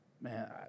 Man